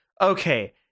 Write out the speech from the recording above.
okay